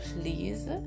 please